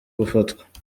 gufatwa